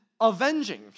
avenging